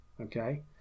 Okay